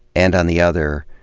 and, on the other,